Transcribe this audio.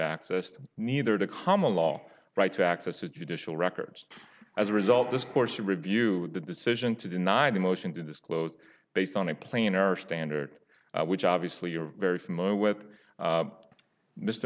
access neither to common law right to access to judicial records as a result this course of review the decision to deny the motion to disclose based on a plan or standard which obviously you're very familiar with mr m